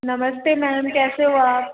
नमस्ते मेम कैसे हो आप